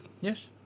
Yes